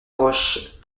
roche